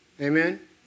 Amen